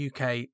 UK